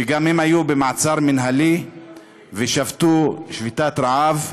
שגם הם היו במעצר מינהלי ושבתו שביתת רעב,